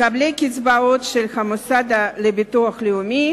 מקבלי קצבאות של המוסד לביטוח לאומי